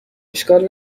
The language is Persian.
اشکال